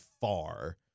far